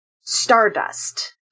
stardust